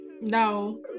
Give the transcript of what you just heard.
no